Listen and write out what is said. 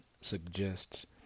suggests